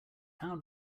pound